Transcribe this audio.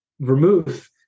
vermouth